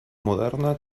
moderna